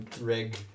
rig